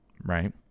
right